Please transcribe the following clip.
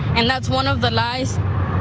and that's one of the lies.